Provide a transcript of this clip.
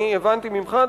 אני הבנתי ממך,